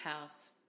house